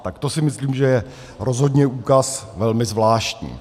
Tak to si myslím, že je rozhodně úkaz velmi zvláštní.